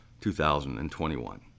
2021